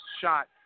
shot